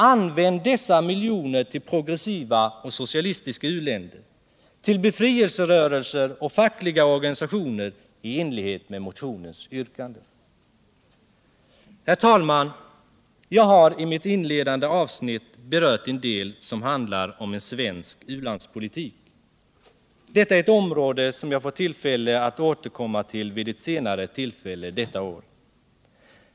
Använd dessa miljoner till bistånd åt progressiva och socialistiska u-länder, till befrielserörelser och fackliga organisationer i enlighet med motionens yrkande! Herr talman! Jag har berört en del av den svenska u-landspolitiken. Det är ett område som jag får möjlighet att återkomma till vid ett senare tillfälle detta år.